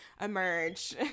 emerge